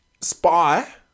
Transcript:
Spy